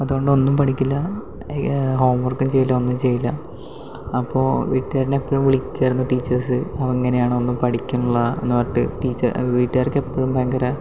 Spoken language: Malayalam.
അതുകൊണ്ട് ഒന്നും പഠിക്കില്ല ഹോം വർക്കും ചെയ്യില്ല ഒന്നും ചെയ്യില്ല അപ്പോൾ വീട്ടുകാരിനെ എപ്പോഴും വിളിക്കുമായിരുന്നു ടീച്ചേഴ്സ് അവനങ്ങനെയാണ് ഒന്നും പഠിക്കണില്ല എന്ന് പറഞ്ഞിട്ട് ടീച്ച വീട്ടുകാർക്കെപ്പോഴും ഭയങ്കര